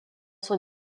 son